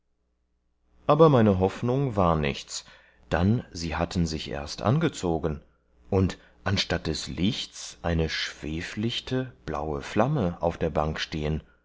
aber meine hoffnung war nichts dann sie hatten sich erst angezogen und anstatt des liechts eine schweflichte blaue flamme auf der bank stehen